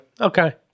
okay